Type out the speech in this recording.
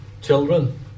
children